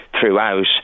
Throughout